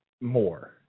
more